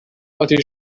اتیش